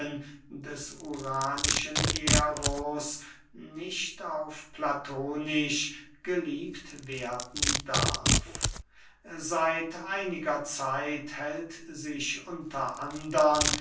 des uranischen eros nicht auf platonisch geliebt werden darf seit einiger zeit hält sich unter andern